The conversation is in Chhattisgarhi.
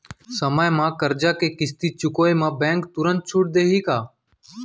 समय म करजा के किस्ती चुकोय म बैंक तुरंत छूट देहि का?